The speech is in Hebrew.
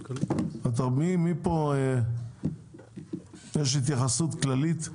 למי פה יש התייחסות כללית?